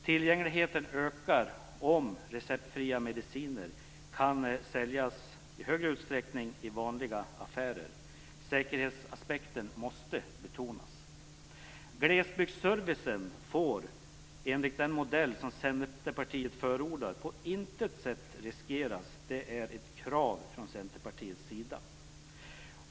Tillgängligheten ökar om receptfria mediciner i större utsträckning kan säljas i vanliga affärer. Säkerhetsaspekten måste betonas. Glesbygdsservicen får, enligt den modell som Centerpartiet förordar, på intet sätt riskeras. Det är ett krav från Centerpartiets sida.